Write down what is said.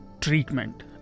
treatment